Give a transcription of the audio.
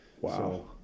Wow